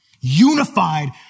unified